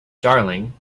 darling